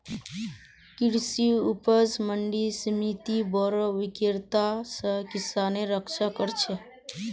कृषि उपज मंडी समिति बोरो विक्रेता स किसानेर रक्षा कर छेक